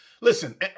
Listen